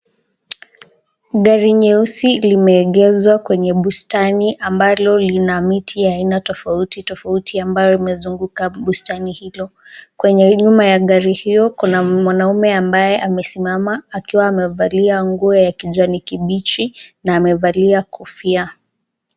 Gari nyeusi limeegezwa kwenye bustani ambalo lina miti anaina tofauti tofauti ambayo imezunguka bustani hilo. Kwenye nyuma ya gari hilo kuna mwanaume ambaye amesimama akiwa amevalia nguo ya kijani kibichi na amevalia kofia.